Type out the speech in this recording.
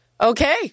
Okay